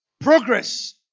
progress